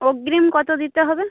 অগ্রিম কত দিতে হবে